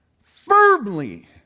Firmly